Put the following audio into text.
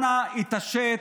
אנא התעשת.